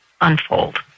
unfold